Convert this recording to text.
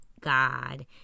God